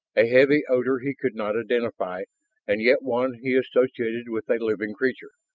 a heavy odor he could not identify and yet one he associated with a living creature.